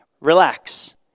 Relax